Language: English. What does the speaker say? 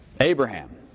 Abraham